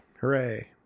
Hooray